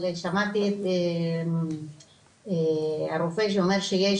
אבל שמעתי את הרופא שאומר,